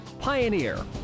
Pioneer